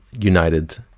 united